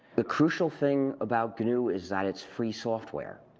the crucial thing about gnu is that it's free software.